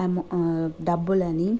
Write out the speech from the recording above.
అమ డబ్బులని